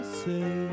say